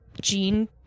gene